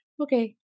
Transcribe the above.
okay